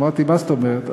אמרתי: מה זאת אומרת?